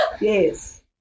yes